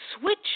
switch